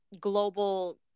global